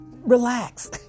relax